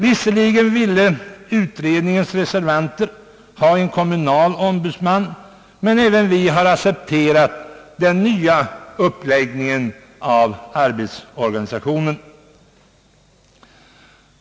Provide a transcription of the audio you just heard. Visserligen önskade reservanterna i utredningen få en kommunal ombudsman, men även vi har accepterat den nya uppläggningen av arbetsorganisationen.